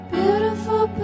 beautiful